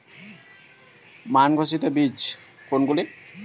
মান ঘোষিত বীজ কোনগুলি?